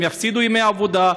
הם יפסידו ימי עבודה,